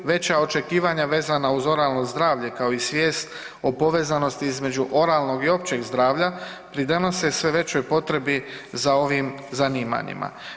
Veća očekivanja vezano uz oralno zdravlje kao i svijest o povezanosti između oralnog i općeg zdravlja pridonose sve većoj potrebi za ovim zanimanjima.